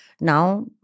now